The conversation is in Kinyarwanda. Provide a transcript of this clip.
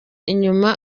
inyuma